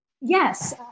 Yes